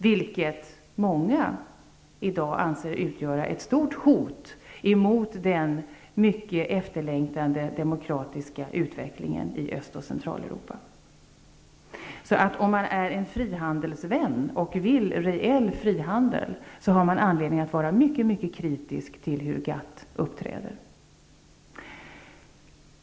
Många anser i dag att det utgör ett stort hot mot den mycket efterlängtade demokratiska utvecklingen i Öst och Centraleuropa. Om man är frihandelsvän och vill ha reell frihandel har man anledning att vara mycket kritisk till hur EG uppträder.